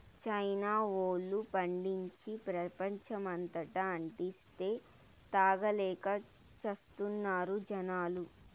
China వోల్లు పండించి, ప్రపంచమంతటా అంటిస్తే, తాగలేక చస్తున్నారు జనాలు